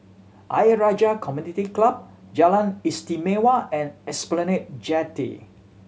Ayer Rajah Community Club Jalan Istimewa and Esplanade Jetty